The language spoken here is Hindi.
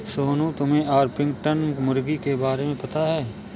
सोनू, तुम्हे ऑर्पिंगटन मुर्गी के बारे में पता है?